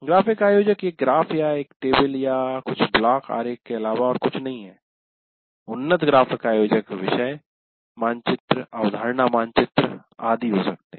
graphic आयोजक एक graph या एक टेबल या कुछ ब्लॉक आरेख के अलावा और कुछ नहीं है उन्नत ग्राफिक आयोजक विषय मानचित्र अवधारणा मानचित्र आदि हो सकते हैं